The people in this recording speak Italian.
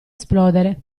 esplodere